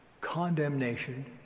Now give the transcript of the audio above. condemnation